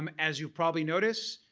um as you probably noticed,